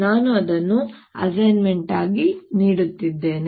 ನಾನು ಅದನ್ನು ಅಸೈನ್ಮೆಂಟ್ ಆಗಿ ನೀಡುತ್ತೇನೆ